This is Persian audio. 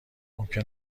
ممکن